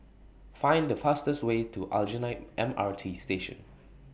Find The fastest Way to Aljunied M R T Station